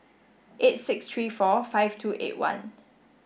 eight six three four five two eight one